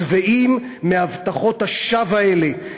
שבעים מהבטחות השווא האלה,